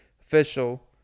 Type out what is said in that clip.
official